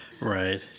Right